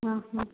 ହଁ ହଁ